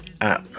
app